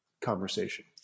conversation